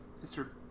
Sister